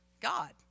God